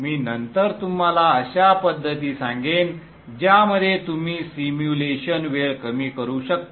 मी नंतर तुम्हाला अशा पद्धती सांगेन ज्यामध्ये तुम्ही सिम्युलेशन वेळ कमी करू शकता